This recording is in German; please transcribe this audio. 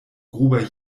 gruber